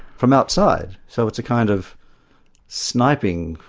from outside. so it's a kind of sniping,